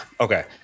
okay